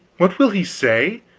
what will he say?